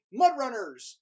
MudRunners